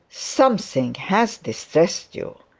something has distressed you.